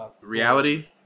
Reality